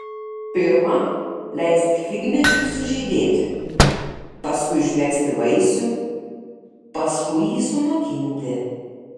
pirma leisk figmedžiui sužydėti paskui užmegzti vaisių paskui jį sunokinti